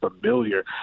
familiar